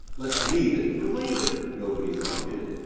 let's leave it for later. nobody's argued it.